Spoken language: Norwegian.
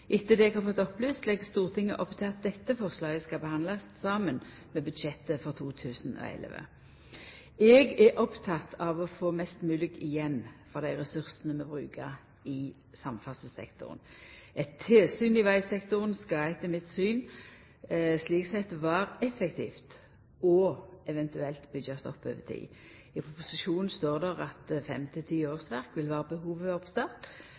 Etter det eg har fått opplyst, legg Stortinget opp til at dette forslaget skal behandlast saman med budsjettet for 2011. Eg er oppteken av å få mest mogleg igjen for dei ressursane vi brukar i samferdselssektoren. Eit tilsyn i vegsektoren skal etter mitt syn slik sett vera effektivt og eventuelt byggjast opp over tid. I proposisjonen står det at